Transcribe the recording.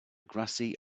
grassy